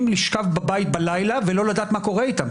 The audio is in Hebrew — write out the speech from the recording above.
לשכב בבית בלילה ולא לדעת מה קורה איתם,